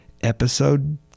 Episode